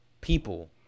people